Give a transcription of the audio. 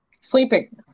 sleeping